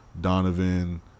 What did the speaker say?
Donovan